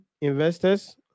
investors